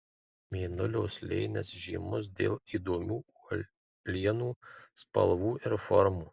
mėnulio slėnis žymus dėl įdomių uolienų spalvų ir formų